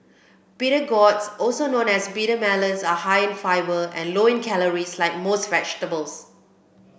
bitter gourds also known as bitter melons are high in fibre and low in calories like most vegetables